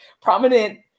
prominent